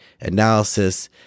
analysis